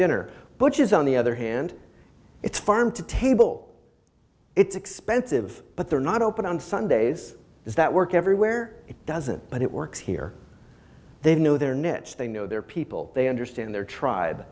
dinner butches on the other hand it's farm to table it's expensive but they're not open on sundays does that work everywhere it doesn't but it works here they know their niche they know their people they understand their tribe